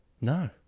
No